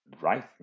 right